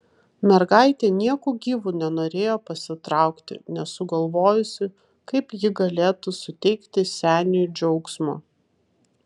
mergaitė nieku gyvu nenorėjo pasitraukti nesugalvojusi kaip ji galėtų suteikti seniui džiaugsmo